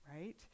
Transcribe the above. right